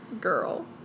Girl